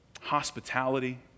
Hospitality